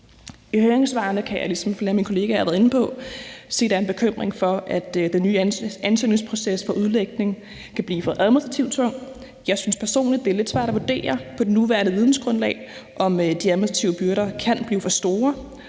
har været inde på, se, at der er en bekymring for, at den nye ansøgningsproces for udlægning kan blive for administrativt tung. Jeg synes personligt, det er lidt svært at vurdere på det nuværende vidensgrundlag, om de administrative byrder kan blive for store.